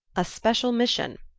a special mission,